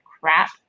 crap